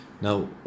Now